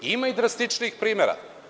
Ima i drastičnijih primera.